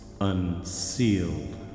unsealed